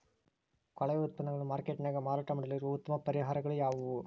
ಕೊಳೆವ ಉತ್ಪನ್ನಗಳನ್ನ ಮಾರ್ಕೇಟ್ ನ್ಯಾಗ ಮಾರಾಟ ಮಾಡಲು ಇರುವ ಉತ್ತಮ ಪರಿಹಾರಗಳು ಯಾವವು?